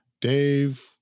Dave